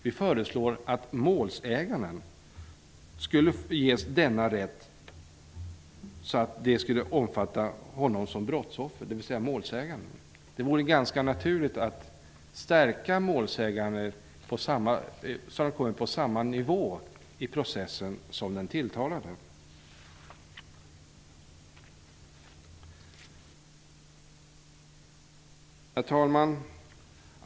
Vi föreslår att målsägaren skall ges samma rätt såsom brottsoffer. Det vore ganska naturligt att stärka målsägarens ställning så, att han kommer på samma nivå i processen som den tilltalade. Herr talman!